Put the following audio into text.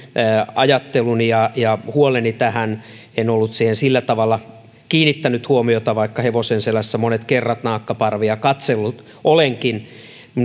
ajatteluni ja ja huoleni tähän en ollut siihen sillä tavalla kiinnittänyt huomiota vaikka hevosen selässä monet kerrat naakkaparvia katsellut olenkin